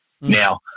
Now